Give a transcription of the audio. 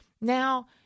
Now